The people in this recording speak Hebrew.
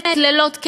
לילות כימים,